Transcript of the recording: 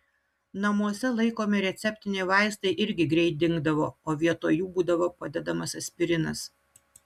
namuose laikomi receptiniai vaistai irgi greit dingdavo o vietoj jų būdavo padedamas aspirinas